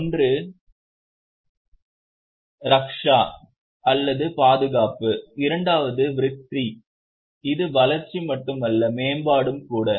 ஒன்று ரக்ஷா அல்லது பாதுகாப்பு இரண்டாவதாக விருத்தி இது வளர்ச்சி மட்டுமல்ல மேம்பாடு கூட